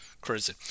Crazy